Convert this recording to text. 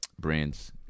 brands